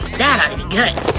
that oughta be good.